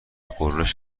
غرش